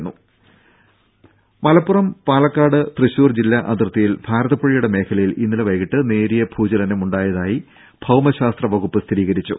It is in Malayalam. രും മലപ്പുറം തൃശൂർ പാലക്കാട് ജില്ലാ അതിർത്തിയിൽ ഭാരതപ്പുഴയുടെ മേഖലയിൽ ഇന്നലെ വൈകിട്ട് നേരിയ ഭൂചലനം ഉണ്ടായതായി ഭൌമശാസ്ത്ര വകുപ്പ് സ്ഥിരീകരിച്ചു